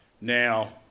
Now